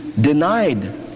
denied